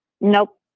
Nope